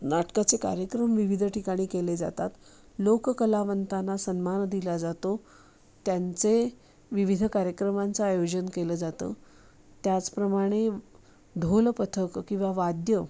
नाटकाचे कार्यक्रम विविध ठिकाणी केले जातात लोककलामंताना सन्मान दिला जातो त्यांचे विविध कार्यक्रमांचं आयोजन केलं जातं त्याचप्रमाणे ढोलपथक किंवा वाद्य